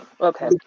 Okay